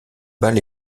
bal